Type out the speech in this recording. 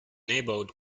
neighborhood